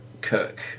Kirk